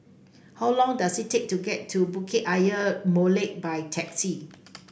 how long does it take to get to Bukit Ayer Molek by taxi